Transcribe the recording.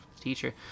teacher